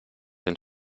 den